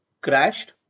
crashed